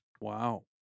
Wow